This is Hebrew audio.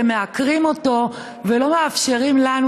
אתם מעקרים אותו ולא מאפשרים לנו,